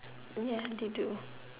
ya they do